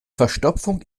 verstopfung